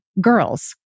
girls